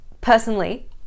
personally